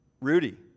Rudy